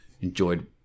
enjoyed